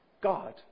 God